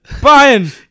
Brian